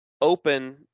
open